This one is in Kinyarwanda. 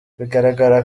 bigaragara